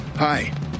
Hi